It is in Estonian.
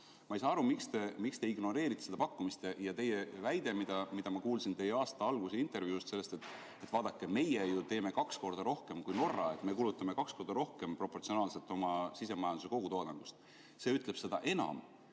Ma ei saa aru, miks te ignoreerite seda pakkumist. Teie väide, mida ma kuulsin teie aasta alguse intervjuus, on see, et vaadake, meie teeme ju kaks korda rohkem kui Norra, me kulutame kaks korda rohkem proportsionaalselt oma sisemajanduse kogutoodangust. See ütleb aga seda enam: